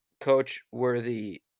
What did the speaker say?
coach-worthy